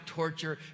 torture